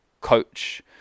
coach